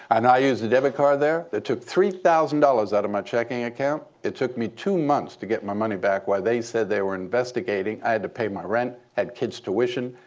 and i used a debit card there. they took three thousand dollars out of my checking account. it took me two months to get my money back while they said they were investigating. i had to pay my rent, had kids' tuition,